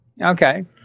Okay